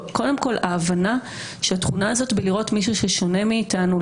אבל קודם כול ההבנה שהתכונה הזאת לראות מישהו ששונה מאיתנו,